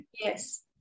Yes